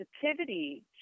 sensitivity